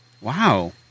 Wow